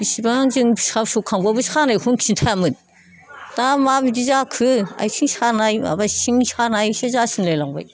बिसिबां जों फिसा फिसौ खांब्लाबो सानायखौनो खिथायामोन दा मा बिदि जाखो आथिं सानाय माबा सिं सानायसो जासिनलायलांबाय